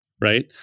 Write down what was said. right